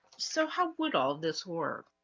so how would all this work?